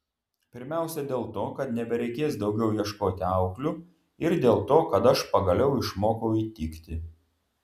pirmiausia dėl to kad nebereikės daugiau ieškoti auklių ir dėl to kad aš pagaliau išmokau įtikti